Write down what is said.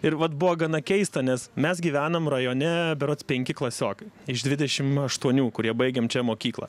ir vat buvo gana keista nes mes gyvenam rajone berods penki klasiokai iš dvidešim aštuonių kurie baigėm čia mokyklą